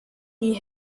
die